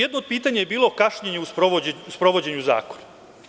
Jedno od pitanja je bilo kašnjenje u sprovođenju zakona.